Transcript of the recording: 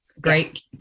great